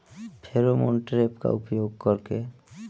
Pheromone trap का उपयोग कर के?